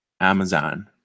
Amazon